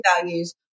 values